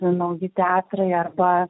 nauji teatrai arba